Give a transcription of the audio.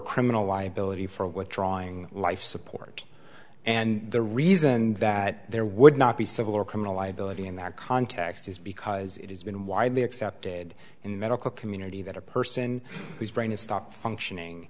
criminal liability for withdrawing life support and the reason that there would not be civil or criminal liability in that context is because it has been widely accepted in the medical community that a person whose brain is stopped functioning